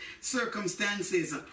circumstances